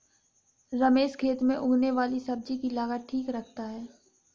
रमेश खेत में उगने वाली सब्जी की लागत ठीक रखता है